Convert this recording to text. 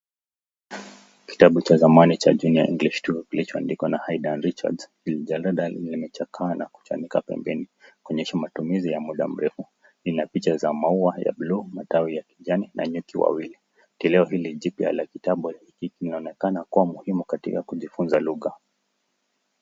Kitabu cha zamani cha junior english 2 kilichoandikwa na Haydn Richards. Jalada limechakaa na kuchanuka pembeni kuonyesha matumizi ya muda mrefu. Lina picha za maua ya buluu, matawi ya kijani na nyuki wawili. Kileo hiki jipya la kitambo linaonekana kuwa muhimu katika kujifunza lugha.